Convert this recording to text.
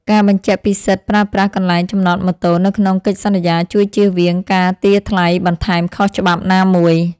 ការបញ្ជាក់ពីសិទ្ធិប្រើប្រាស់កន្លែងចំណតម៉ូតូនៅក្នុងកិច្ចសន្យាជួយជៀសវាងការទារថ្លៃបន្ថែមខុសច្បាប់ណាមួយ។